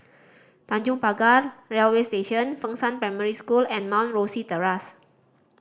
Tanjong Pagar Railway Station Fengshan Primary School and Mount Rosie Terrace